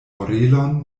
orelon